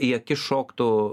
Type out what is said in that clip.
į akis šoktų